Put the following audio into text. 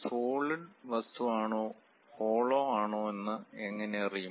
solid വസ്തു ആണോ hollow ആണോ എന്ന് എങ്ങനെ അറിയും